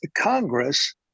Congress